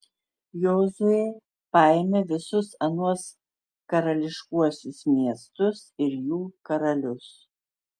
jozuė paėmė visus anuos karališkuosius miestus ir jų karalius